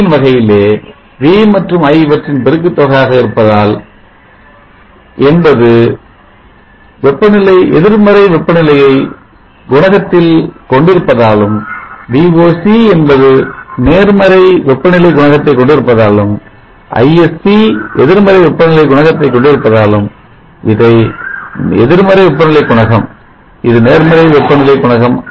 சக்தியின் வகையிலே v மற்றும் i இவற்றின் பெருக்குத் தொகையாக இருப்பதால் என்பது எதிர்மறை வெப்பநிலையை குணகத்தை கொண்டிருப்பதாலும் Voc என்பது நேர்மறை வெப்பநிலை குணகத்தை கொண்டிருப்பதாலும் Isc எதிர்மறை வெப்பநிலை குணகத்தை கொண்டிருப்பதாலும் இது எதிர்மறை வெப்பநிலை குணகம் இது நேர்மறை வெப்பநிலை குணகம்